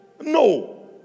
No